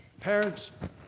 Parents